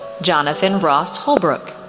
jonathan ross holbrook,